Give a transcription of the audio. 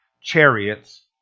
chariots